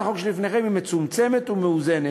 הצעת החוק שלפניכם היא מצומצמת ומאוזנת,